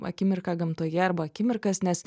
akimirką gamtoje arba akimirkas nes